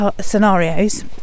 scenarios